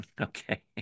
Okay